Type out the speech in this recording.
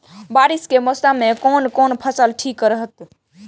बारिश के मौसम में कोन कोन फसल ठीक रहते?